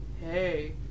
hey